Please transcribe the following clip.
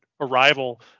arrival